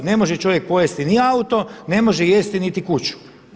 Ne može čovjek pojesti ni auto, ne može jesti niti kuću.